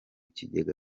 kigega